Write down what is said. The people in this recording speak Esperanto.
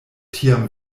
tiam